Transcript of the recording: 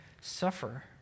suffer